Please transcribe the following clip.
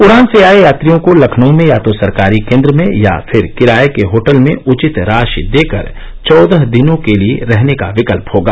उड़ान से आए यात्रियों को लखनऊ में या तो सरकारी केंद्र में या फिर किराए के होटल में उचित राशि देकर चौदह दिनों के लिए रहने का विकल्प होगा